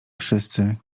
wszyscy